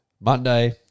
Monday